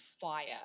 fire